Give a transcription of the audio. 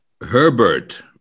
Herbert